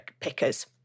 pickers